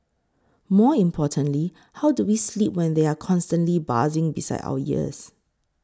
more importantly how do we sleep when they are constantly buzzing beside our ears